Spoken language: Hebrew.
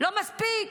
לא מספיק